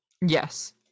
Yes